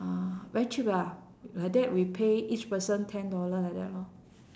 ah very cheap lah like that we pay each person ten dollar like that lor